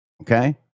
okay